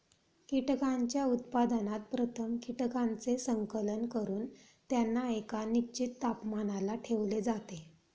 कीटकांच्या उत्पादनात प्रथम कीटकांचे संकलन करून त्यांना एका निश्चित तापमानाला ठेवले जाते